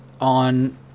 on